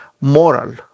moral